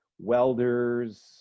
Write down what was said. welders